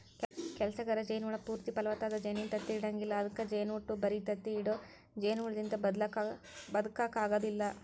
ಕೆಲಸಗಾರ ಜೇನ ಹುಳ ಪೂರ್ತಿ ಫಲವತ್ತಾದ ಜೇನಿನ ತತ್ತಿ ಇಡಂಗಿಲ್ಲ ಅದ್ಕ ಜೇನಹುಟ್ಟ ಬರಿ ತತ್ತಿ ಇಡೋ ಜೇನಹುಳದಿಂದ ಬದಕಾಕ ಆಗೋದಿಲ್ಲ